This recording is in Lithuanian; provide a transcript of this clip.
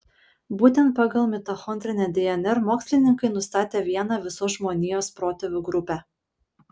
būtent pagal mitochondrinę dnr mokslininkai nustatė vieną visos žmonijos protėvių grupę